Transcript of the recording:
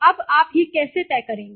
अब आप यह कैसे तय करेंगे